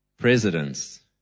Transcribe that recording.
Presidents